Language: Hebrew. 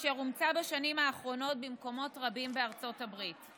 אשר אומצה בשנים האחרונות במקומות רבים בארצות הברית.